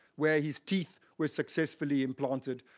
where his teeth were successfully implanted,